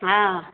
हँ